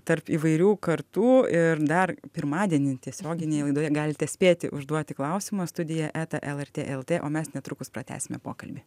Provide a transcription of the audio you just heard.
tarp įvairių kartų ir dar pirmadienį tiesioginėje laidoje galite spėti užduoti klausimą studija eta lrt lt o mes netrukus pratęsime pokalbį